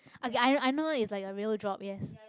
okay I I know it's like a real job yes